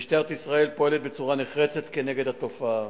2. משטרת ישראל פועלת בצורה נחרצת כנגד התופעה.